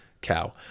cow